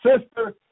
sister